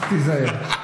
רק תיזהר.